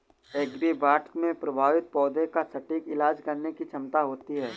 agribots में प्रभावित पौधे का सटीक इलाज करने की क्षमता होती है